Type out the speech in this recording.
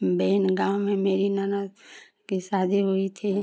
बेनगांव में मेरी ननद की शादी हुई थी